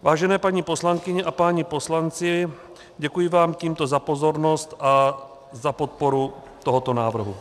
Vážené paní poslankyně a páni poslanci, děkuji vám tímto za pozornost a za podporu tohoto návrhu.